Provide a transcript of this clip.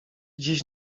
dziś